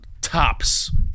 tops